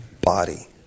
body